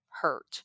hurt